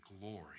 glory